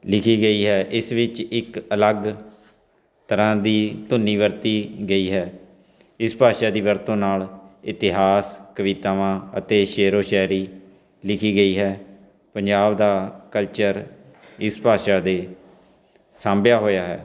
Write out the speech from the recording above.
ਲਿਖੀ ਗਈ ਹੈ ਇਸ ਵਿੱਚ ਇੱਕ ਅਲੱਗ ਤਰ੍ਹਾਂ ਦੀ ਧੁਨੀ ਵਰਤੀ ਗਈ ਹੈ ਇਸ ਭਾਸ਼ਾ ਦੀ ਵਰਤੋਂ ਨਾਲ ਇਤਿਹਾਸ ਕਵਿਤਾਵਾਂ ਅਤੇ ਸ਼ੇਰੋ ਸ਼ਾਇਰੀ ਲਿਖੀ ਗਈ ਹੈ ਪੰਜਾਬ ਦਾ ਕਲਚਰ ਇਸ ਭਾਸ਼ਾ ਦੇ ਸਾਂਭਿਆ ਹੋਇਆ ਹੈ